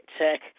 tech